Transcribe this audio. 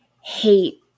hate